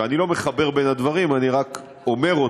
ואני לא מחבר בין הדברים, אני רק אומר אותם,